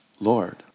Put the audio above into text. Lord